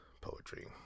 poetry